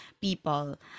people